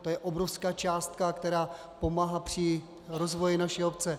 To je obrovská částka, která pomáhá při rozvoji naší obce.